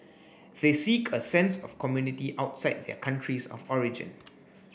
they seek a sense of community outside their countries of origin